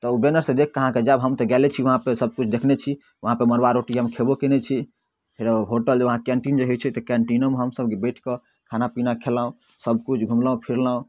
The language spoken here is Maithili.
तऽ उ बैनरसँ देखिकऽ अहाँके जायब हम तऽ गेले छी वहाँपर सब किछु देखने छी वहाँपर मरुआ रोटी हम खेबो कयने छी रौ होटल वहाँ केन्टीन जे होइ छै तऽ कैन्टीनोमे हमसब बैठिकऽ खाना पीना खेलहुँ सब किछु घुमलहुँ फिरलहुँ